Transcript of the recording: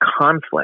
conflict